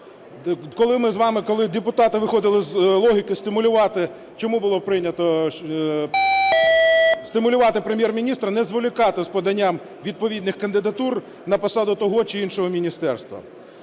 Коли депутати виходили з логіки стимулювати, чому було прийнято… стимулювати Прем'єр-міністра не зволікати з поданням відповідних кандидатур на посаду того чи іншого міністерства.